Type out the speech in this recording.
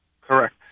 Correct